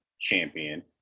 champion